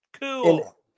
cool